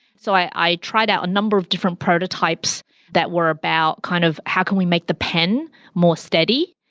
so i tried out a number of different prototypes that were about kind of, how can we make the pen more steady,